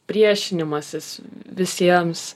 priešinimasis visiems